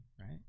right